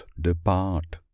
depart